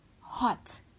hot